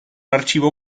archivo